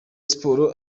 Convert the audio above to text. sports